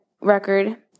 record